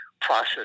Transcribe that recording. process